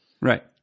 Right